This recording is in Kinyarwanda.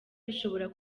bishobora